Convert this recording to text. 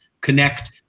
connect